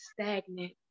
Stagnant